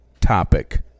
topic